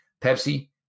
Pepsi